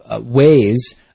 ways